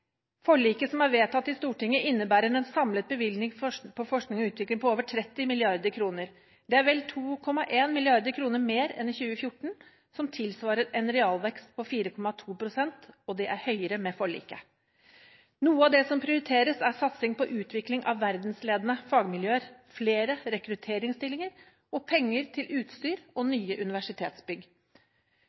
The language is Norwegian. Forliket i Stortinget innebærer en samlet bevilgning til forskning og utvikling på over 30 mrd. kr. Det er vel 2,1 mrd. kr mer enn i 2014, noe som tilsvarer en realvekst på 4,2 pst – og det er blitt høyere med forliket. Noe av det som prioriteres, er satsing på utvikling av verdensledende fagmiljøer, flere rekrutteringsstillinger og penger til utstyr og nye universitetsbygg.